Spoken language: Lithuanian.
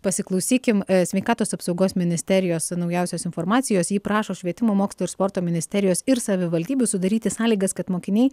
pasiklausykim sveikatos apsaugos ministerijos naujausios informacijos ji prašo švietimo mokslo ir sporto ministerijos ir savivaldybių sudaryti sąlygas kad mokiniai